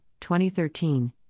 2013